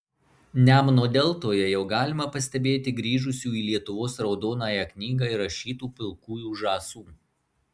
nemuno deltoje jau galima pastebėti grįžusių į lietuvos raudonąją knygą įrašytų pilkųjų žąsų